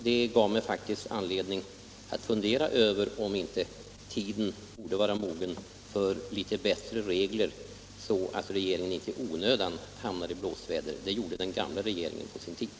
Det gav mig anledning att fundera över om inte tiden borde vara mogen för litet bättre regler, så att regeringen inte i onödan hamnar i blåsväder. Det gjorde den gamla regeringen på sin tid.